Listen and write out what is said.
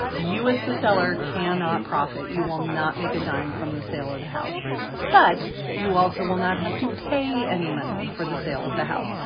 you as the seller cannot profit. you will not make a dime from the sale of the house but you also will not have to pay any money for the sale of the house.